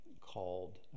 called